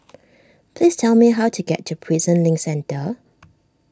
please tell me how to get to Prison Link Centre